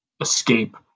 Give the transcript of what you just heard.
escape